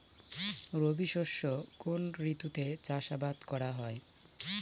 রবি শস্য কোন ঋতুতে চাষাবাদ করা হয়?